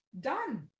done